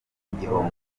igihombo